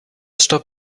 stop